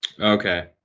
Okay